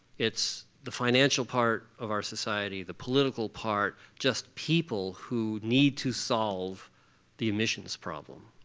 it's the financial part of our society, the political part, just people who need to solve the emissions problem.